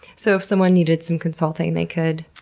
so if someone needed some consulting they could,